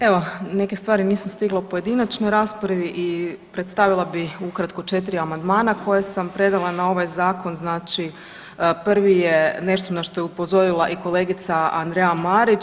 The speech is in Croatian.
Evo, neke stvari nisam stigla u pojedinačnoj raspravi i predstavila bih ukratko 4 amandmana koje sam predala na ovaj Zakon, znači, prvi je nešto na što je upozorila i kolegica Andreja Marić.